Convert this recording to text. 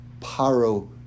Paro